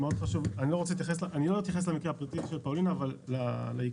לא רוצה להתייחס למקרה הפרטי של פאלינה אבל לעיקרון.